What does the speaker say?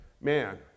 man